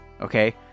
okay